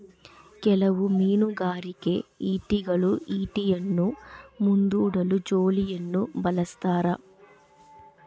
ಕೆಲವು ಮೀನುಗಾರಿಕೆ ಈಟಿಗಳು ಈಟಿಯನ್ನು ಮುಂದೂಡಲು ಜೋಲಿಯನ್ನು ಬಳಸ್ತಾರ